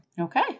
Okay